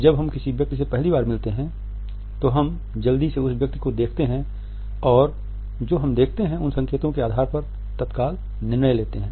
जब हम किसी व्यक्ति से पहली बार मिलते हैं तो हम जल्दी से उस व्यक्ति को देखते हैं और जो हम देखते हैं उन संकेतों के आधार पर तत्काल निर्णय लेते हैं